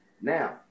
Now